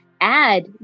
add